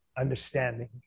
understanding